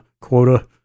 quota